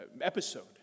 episode